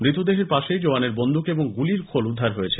মৃতদেহের পাশেই জওয়ানের বন্দুক এবং গুলির খোল উদ্ধার হয়েছে